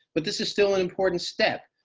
but this is still an important step.